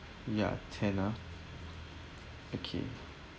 ya ten ah okay